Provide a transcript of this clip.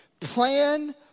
Plan